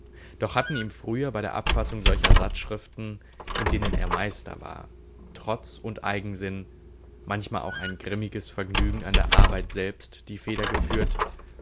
doch hatten ihm früher bei der abfassung solcher satzschriften in denen er meister war trotz und eigensinn manchmal auch ein grimmiges vergnügen an der arbeit selbst die feder geführt